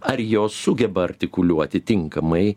ar jos sugeba artikuliuoti tinkamai